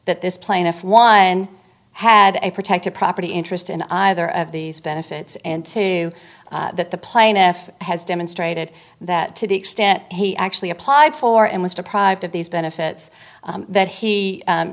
that this plaintiff one had a protected property interest in either of these benefits and two that the plaintiff has demonstrated that to the extent he actually applied for and was deprived of these benefits that he